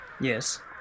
Yes